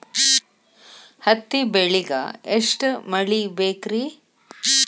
ಹತ್ತಿ ಬೆಳಿಗ ಎಷ್ಟ ಮಳಿ ಬೇಕ್ ರಿ?